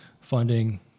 funding